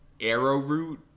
arrowroot